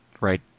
right